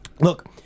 Look